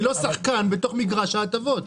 היא לא שחקן בתוך מגרש ההטבות.